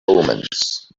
omens